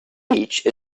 beach